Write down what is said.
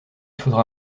faudra